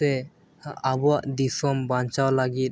ᱥᱮ ᱟᱵᱚᱣᱟᱜ ᱫᱤᱥᱚᱢ ᱵᱟᱧᱪᱟᱣ ᱞᱟᱹᱜᱤᱫ